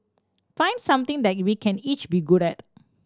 find something that we can each be good at